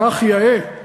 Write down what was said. כך יאה.